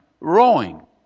rowing